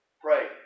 pray